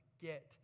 get